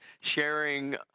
sharing